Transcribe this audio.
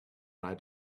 right